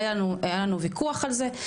היה לנו ויכוח על זה,